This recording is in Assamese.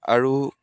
আৰু